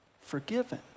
forgiven